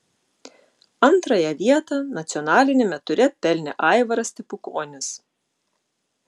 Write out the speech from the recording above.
antrąją vietą nacionaliniame ture pelnė aivaras stepukonis